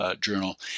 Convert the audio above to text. journal